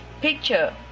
picture